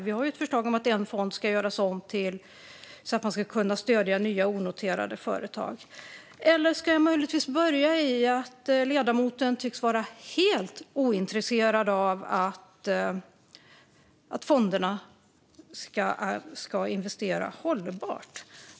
Vi har ett förslag om att en fond ska göras om så att man ska kunna stödja nya, onoterade företag. Eller ska jag möjligtvis börja med att ledamoten tycks vara helt ointresserad av att fonderna ska investera hållbart?